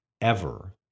ever-